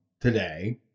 today